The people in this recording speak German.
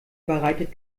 bereitet